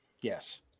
Yes